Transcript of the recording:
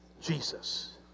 Jesus